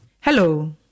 Hello